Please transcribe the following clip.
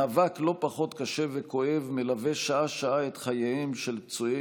מאבק לא פחות קשה וכואב מלווה שעה-שעה את חייהם של פצועי